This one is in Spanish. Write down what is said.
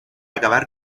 acabar